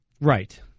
right